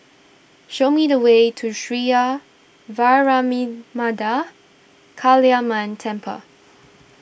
show me the way to Sria Vairavimada Kaliamman Temple